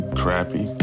crappy